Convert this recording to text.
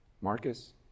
Marcus